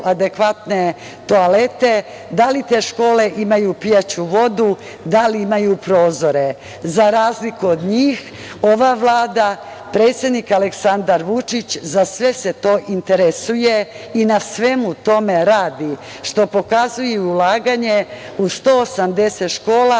adekvatne toalete, da li te škole imaju pijaću vodu, da li imaju prozore.Za razliku od njih ova Vlada, predsednik Aleksandar Vučić za sve se to interesuju i na svemu tome rade, što pokazuju ulaganja u 180 škola.